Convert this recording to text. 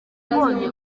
yabonye